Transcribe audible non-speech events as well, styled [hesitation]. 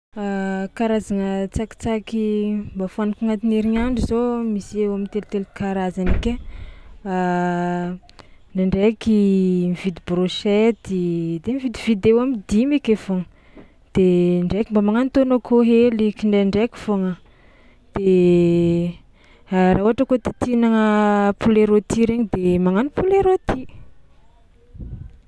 [hesitation] Karazagna tsakitsaky mbô fohaniko agnatin'ny herignandro zao misy eo am'telotelo karazany ake [noise] [hesitation] ndraindraiky mividy brochetty de mividividy eo am'dimy ake foagna de ndraiky mba magnano tôno akôho hely eky ndraindraiky foagna de [hesitation] raha ohatra kôa tiatia hihinagna poulet rôti regny de magnano poulet rôti.